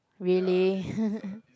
really